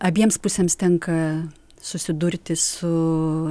abiems pusėms tenka susidurti su